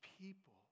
people